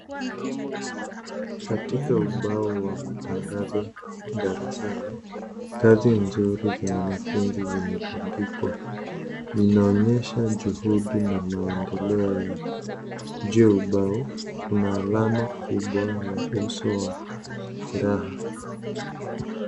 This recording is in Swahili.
Katika ubao wa matangazo darasani kazi nzuri za wanafunzi zimepambikwa zinaonyesha juhudi na maendeleo. Juu ya ubao kuna alama kubwa ya uso wa furaha.